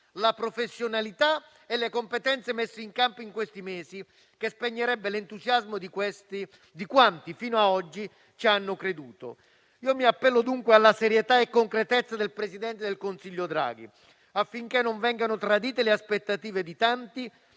la professionalità e le competenze messe in campo in questi mesi, spegnendo al contempo l'entusiasmo di quanti fino ad oggi ci hanno creduto. Mi appello dunque alla serietà e alla concretezza del presidente del Consiglio Draghi affinché non vengano tradite le aspettative di tanti